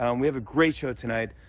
um we have a great show tonight.